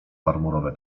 marmurowe